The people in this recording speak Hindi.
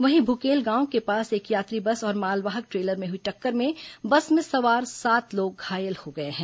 वहीं भुकेल गांव के पास एक यात्री बस और मालवाहक ट्रेलर में हुई टक्कर में बस में सवार सात लोग घायल हो गए हैं